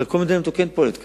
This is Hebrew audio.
הרי כל מדינה מתוקנת פועלת כך.